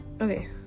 Okay